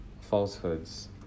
falsehoods